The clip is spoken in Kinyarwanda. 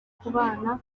kubana